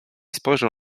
spojrzał